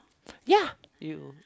ya you